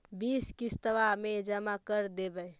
बिस किस्तवा मे जमा कर देवै?